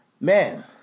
man